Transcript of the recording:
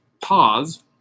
pause